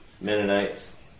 Mennonites